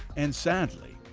and, sadly,